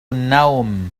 النوم